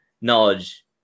knowledge